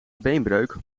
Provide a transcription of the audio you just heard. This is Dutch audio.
beenbreuk